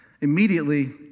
immediately